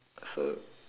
so